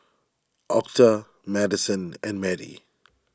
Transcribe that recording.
Octa Madyson and Madie